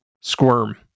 squirm